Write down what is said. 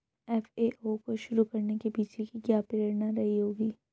FAO को शुरू करने के पीछे की क्या प्रेरणा रही होगी?